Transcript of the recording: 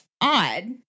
odd